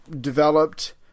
developed